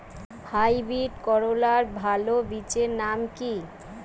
Hybrid করলার ভালো বীজের নাম কি?